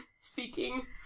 speaking